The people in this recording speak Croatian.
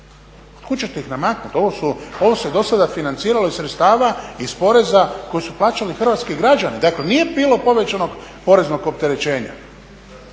ćete ih namaknuti? Ovo se do sada financiralo iz sredstava iz poreza koji su plaćali hrvatski građani, dakle nije bilo povećanog poreznog opterećenja.